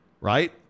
right